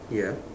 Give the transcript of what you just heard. ya